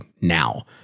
now